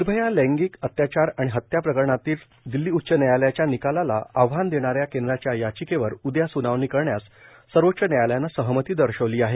निर्भया लैंगिक अत्याचार आणि हत्या प्रकरणातील दिल्ली उच्च न्यायालयाच्या निकालाला आव्हान देणाऱ्या केंद्राच्या याचिकेवर उदया स्नावणी करण्यास सर्वोच्च न्यायालयानं सहमती दर्शवली आहे